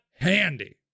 handy